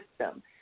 system